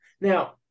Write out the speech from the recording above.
Now